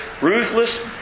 ruthless